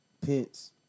Pence